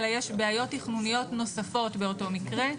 אלא יש בעיות תכנוניות נוספות באותו מקרה.